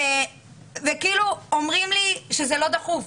וכאילו אומרים לי שזה לא דחוף.